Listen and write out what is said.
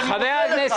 אני מודה לך.